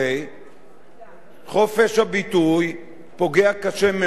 חופש הביטוי פוגע קשה מאוד בפרטיות.